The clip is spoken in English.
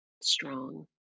strong